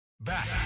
Back